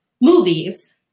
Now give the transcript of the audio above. movies